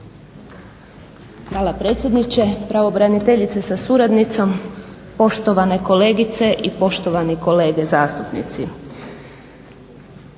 Hvala predsjedniče, pravobraniteljice sa suradnicom, poštovane kolegice i poštovani kolege zastupnici.